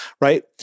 right